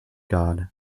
god